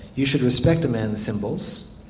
you should respect a man's symbols.